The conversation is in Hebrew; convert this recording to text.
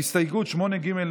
הסתייגות 8 ב'